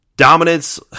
Dominance